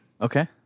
Okay